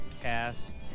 cast